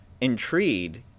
intrigued